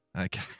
Okay